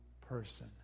person